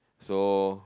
so